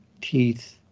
teeth